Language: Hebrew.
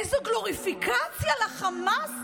איזו גלוריפיקציה לחמאס,